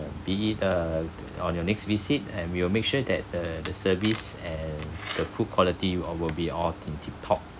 be it uh on your next visit and we will make sure that the service and the food quality all will be all in tip top